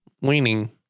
weaning